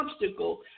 obstacle